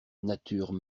nature